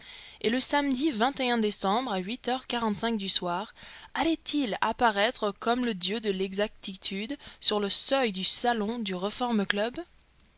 et le samedi décembre à huit heures quarante-cinq du soir allait-il apparaître comme le dieu de l'exactitude sur le seuil du salon du reform club